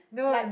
like